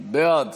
בעד